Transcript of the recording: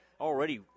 Already